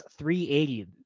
380